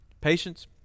Patience